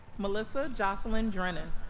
melissa jocelyne drignon